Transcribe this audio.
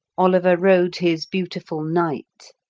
oliver rode his beautiful night,